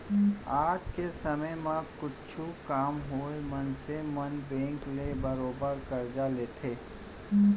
आज के समे म कुछु काम होवय मनसे मन बेंक ले बरोबर करजा लेथें